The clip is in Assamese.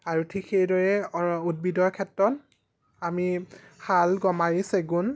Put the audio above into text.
আৰু ঠিক সেইদৰে অৰ উদ্ভিদৰ ক্ষেত্ৰত আমি শাল গমাৰি চেগুন